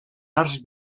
arts